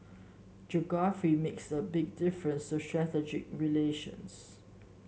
geography makes a big difference to strategy relations